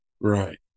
right